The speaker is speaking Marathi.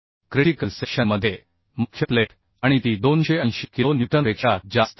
क्रिटीकल सेक्शन मध्ये मुख्य प्लेट आणि ती 280 किलो न्यूटनपेक्षा जास्त आहे